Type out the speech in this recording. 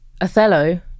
Othello